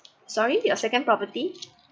sorry your second property